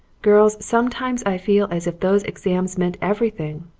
girls, sometimes i feel as if those exams meant everything,